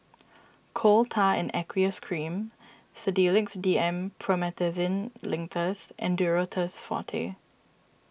Coal Tar in Aqueous Cream Sedilix D M Promethazine Linctus and Duro Tuss Forte